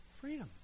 Freedom